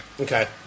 Okay